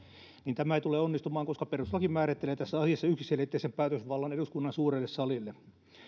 niin tämä ei tule onnistumaan koska perustuslaki määrittelee tässä asiassa yksiselitteisen päätösvallan eduskunnan suurelle salille täällä